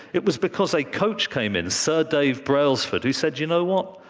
it was because a coach came in, sir dave brailsford, who said, you know what?